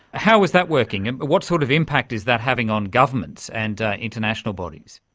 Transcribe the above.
how is that working? and but what sort of impact is that having on governments and international bodies?